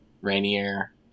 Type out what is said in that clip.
Rainier